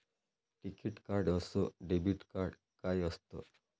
टिकीत कार्ड अस debit card काय असत?